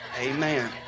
Amen